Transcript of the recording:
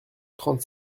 trente